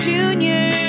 Junior